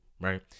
right